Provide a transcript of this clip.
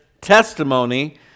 testimony